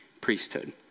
priesthood